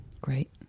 great